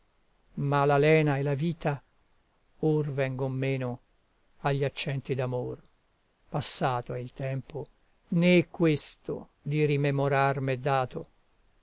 ma la lena e la vita or vengon meno agli accenti d'amor passato è il tempo né questo di rimemorar m'è dato